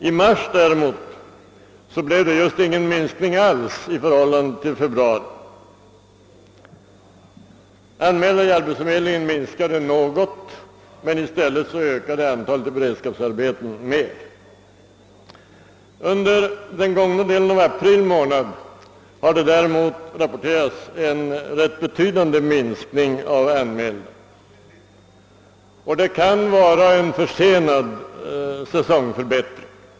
I mars däremot blev det just ingen nedgång alls i förhållande till februari. Antalet anmälda hos arbetsförmedling minskade något, men i stället ökade antalet i beredskapsarbeten mer. Under den gångna delen av april månad har det emellertid rapporterats en rätt betydande minskning av antalet anmälda hos arbetsförmedlingarna. Det kan vara fråga om en försenad säsongförbättring.